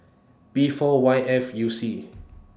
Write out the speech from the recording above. B four Y F U C